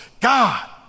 God